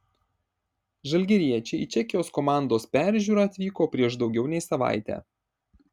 žalgiriečiai į čekijos komandos peržiūrą atvyko prieš daugiau nei savaitę